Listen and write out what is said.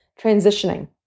transitioning